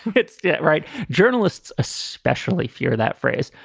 that's yeah right journalists especially fear that phrase.